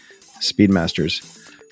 Speedmasters